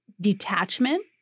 detachment